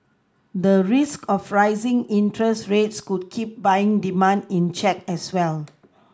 the risk of rising interest rates could keep buying demand in check as well